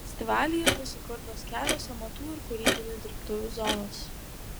festivalyje bus įkurtos kelios amatų ir kūrybinių dirbtuvių zonos